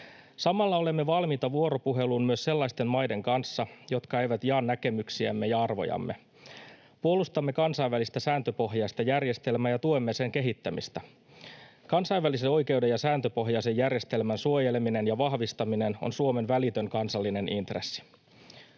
Samalla olemme valmiita vuoropuheluun myös sellaisten maiden kanssa, jotka eivät jaa näkemyksiämme ja arvojamme. Puolustamme kansainvälistä sääntöpohjaista järjestelmää ja tuemme sen kehittämistä. Kansainvälisen oikeuden ja sääntöpohjaisen järjestelmän suojeleminen ja vahvistaminen on Suomen välitön kansallinen intressi.